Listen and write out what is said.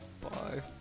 Bye